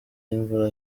y’imvura